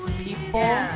people